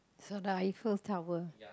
so the Eiffel Tower